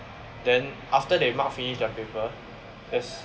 then after they mark finish their paper there's